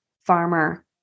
farmer